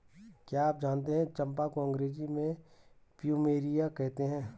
क्या आप जानते है चम्पा को अंग्रेजी में प्लूमेरिया कहते हैं?